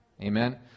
Amen